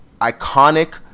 iconic